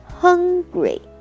hungry